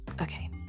okay